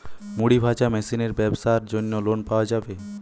মুড়ি ভাজা মেশিনের ব্যাবসার জন্য লোন পাওয়া যাবে?